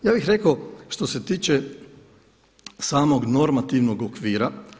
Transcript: Ja bih rekao što se tiče samog normativnog okvira.